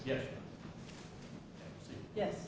yes yes